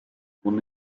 one